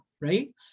Right